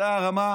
זאת הרמה.